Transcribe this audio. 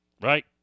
Right